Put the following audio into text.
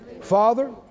Father